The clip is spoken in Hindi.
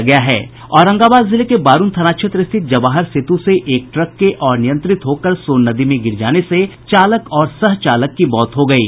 औरंगाबाद जिले के बारुण थाना क्षेत्र स्थित जवाहर सेतु से एक ट्रक के अनियंत्रित होकर सोन नदी में गिर जाने से चालक और सह चालक की मौत हो गयी